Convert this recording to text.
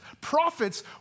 prophets